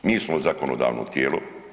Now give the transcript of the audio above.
Mi smo zakonodavno tijelo.